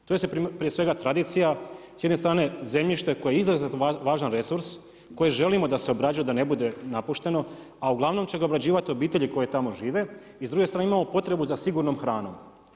To je prije svega tradicija, s jedne strane zemljište koje je izrazito važan resurs, koji želimo da se obrađuje da ne bude napušteno, a uglavnom će ga obrađivati obitelji koje tamo žive i s druge strane imamo potrebu za sigurnom hranom.